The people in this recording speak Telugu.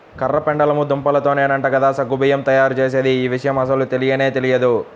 కర్ర పెండలము దుంపతోనేనంట కదా సగ్గు బియ్యం తయ్యారుజేసేది, యీ విషయం అస్సలు తెలియనే తెలియదు